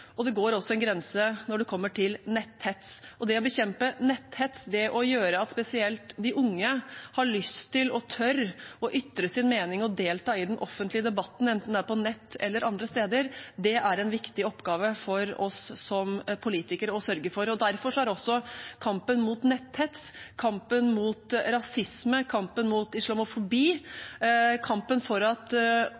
og det går også en grense når det kommer til netthets. Det å bekjempe netthets, det å gjøre at spesielt de unge har lyst til og tør å ytre sin mening og delta i den offentlige debatten, enten det er på nett eller andre steder, er en viktig oppgave for oss som politikere å sørge for. Derfor er også kampen mot netthets, kampen mot rasisme, kampen mot islamofobi